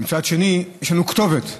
מצד שני, יש לנו כתובת,